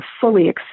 fully